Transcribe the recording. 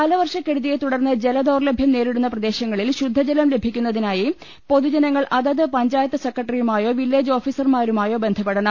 കാലവർഷക്കെടുതിയെ തുടർന്ന് ജലദൌർലഭൃം നേരിടുന്ന പ്രദേശങ്ങളിൽ ശുദ്ധജലം ലഭിക്കുന്നതിനായി പൊതുജനങ്ങൾ അതത് പഞ്ചായത്ത് സെക്രട്ടറിയുമായോ വില്ലേജ് ഓഫീസർമാരു മായോ ബന്ധപ്പെട്ണം